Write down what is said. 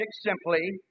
simply